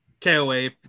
KOA